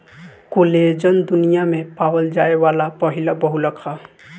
collagen दुनिया में पावल जाये वाला पहिला बहुलक ह